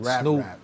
Snoop